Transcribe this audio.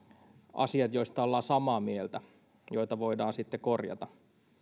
asiat joista ollaan samaa mieltä joita voidaan sitten korjata